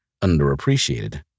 underappreciated